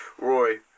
Roy